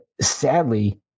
sadly